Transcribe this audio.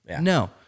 No